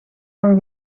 van